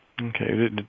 Okay